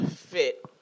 fit